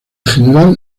general